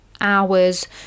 hours